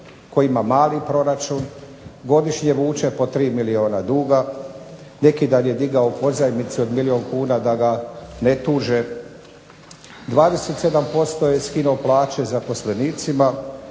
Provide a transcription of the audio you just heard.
koji ima mali proračun, godišnje vuče po tri milijuna duga. Neki dan je dignuo pozajmicu od milijun kuna da ga ne tuže, 27% skinuo plaće zaposlenicima.